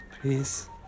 please